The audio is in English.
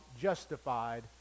justified